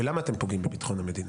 ולמה אתם פוגעים בביטחון המדינה?